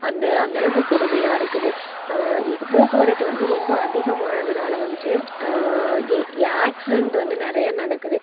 அந்த அந்த அளவுக்கு கொடுமையாக இருக்குது போக்குவரத்து வந்து ரொம்ப அதிகமானதுனால் வந்துட்டு இது அக்சிடெண்ட் வந்து நிறையா நடக்குது